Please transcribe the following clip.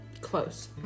Close